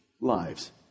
lives